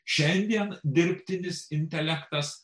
šiandien dirbtinis intelektas